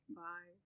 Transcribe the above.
bye